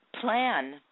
plan